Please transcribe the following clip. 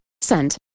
Send